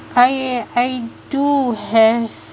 I I do have